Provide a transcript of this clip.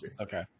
Okay